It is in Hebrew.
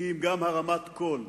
כי אם גם הרמת קול.